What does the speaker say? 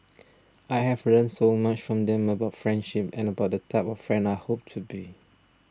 I have learnt so much from them about friendship and about the type of friend I hope to be